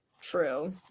True